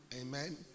Amen